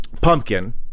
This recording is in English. Pumpkin